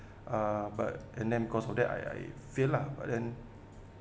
uh but and then because of that I I fail lah but then